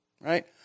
right